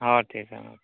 ᱦᱮᱸ ᱴᱷᱤᱠᱜᱮᱭᱟ